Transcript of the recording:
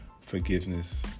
forgiveness